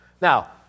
Now